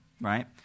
right